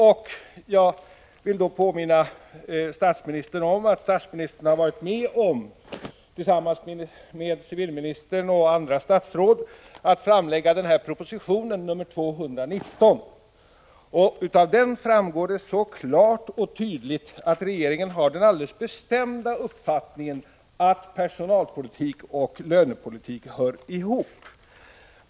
Jag vill påminna statsministern om att statsministern tillsammans med civilministern och andra statsråd har varit med om att framlägga proposition 1984/85:219, och av den framgår det så klart och tydligt att regeringen har den alldeles bestämda uppfattningen att personalpolitik och lönepolitik hör ihop.